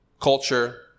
culture